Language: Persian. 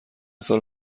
سال